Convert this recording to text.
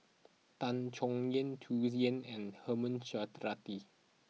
Tan Chay Yan Tsung Yeh and Herman Hochstadt